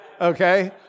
okay